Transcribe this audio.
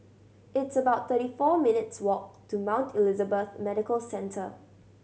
it's about thirty four minutes' walk to Mount Elizabeth Medical Centre